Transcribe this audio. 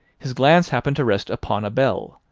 his glance happened to rest upon a bell,